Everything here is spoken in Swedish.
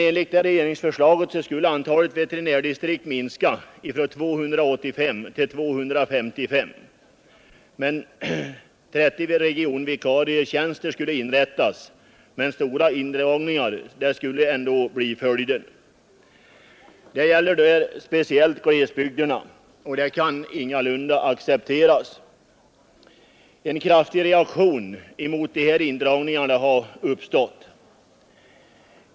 Enligt regeringsförslaget skulle antalet veterinärdistrikt minska från 285 till 255. Det skulle inrättas 30 regionvikarietjänster, men stora indragningar skulle ändå bli följden. Det gäller speciellt glesbygderna. Detta kan inte accepteras. En kraftig reaktion mot de här indragningarna har uppstått.